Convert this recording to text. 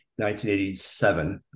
1987